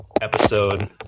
episode